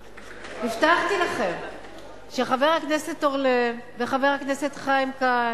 הבטחתי לכם שחבר הכנסת אורלב וחבר הכנסת חיים כץ,